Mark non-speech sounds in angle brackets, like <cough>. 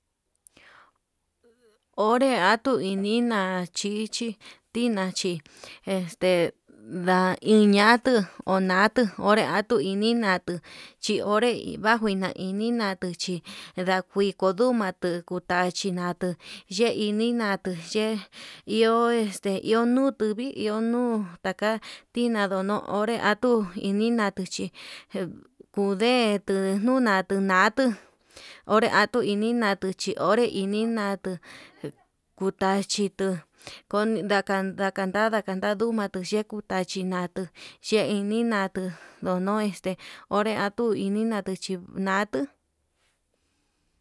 <hesitation> Onré atuu inina chichi, vina chí este nda viñatuu onatu onre natuu ini natu, xhi onre huajuna ini natuu chí nadikoduma ndiko tachí natuu yee ini natu ye'e iho este iho nutu vii iho nuu taka, hina ndono onré atuu ninachi kundetu ndenuna ndunatu onre atuu ini natuu chí onre ini natu kutachítu koni ndakanta ndakan ta nduma <noise> nduu yeku tachi natuu ye'e ini natuu nduno'o este <hesitation> onre atuu ini natu chi natuu.